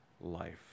life